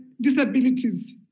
disabilities